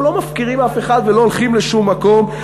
אנחנו לא מפקירים אף אחד ולא הולכים לשום מקום.